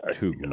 two